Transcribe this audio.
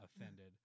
offended